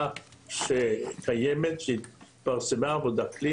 העבודה הקלינית שקיימת ושהתפרסמה.